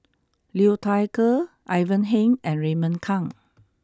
Liu Thai Ker Ivan Heng and Raymond Kang